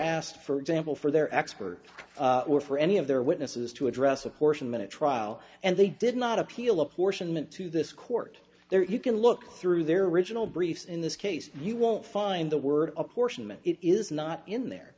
asked for example for their expert or for any of their witnesses to address of course a minute trial and they did not appeal apportionment to this court there you can look through their original briefs in this case you won't find the word apportionment is not in there